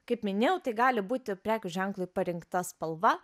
kaip minėjau tai gali būti prekių ženklui parinkta spalva